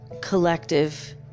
collective